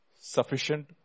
sufficient